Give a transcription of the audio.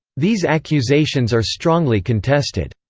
these accusations are strongly contested.